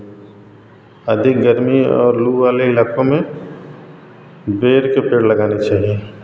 अधिक गर्मी और लू वाले इलाकों में बेर के पेड़ लगाने चाहिए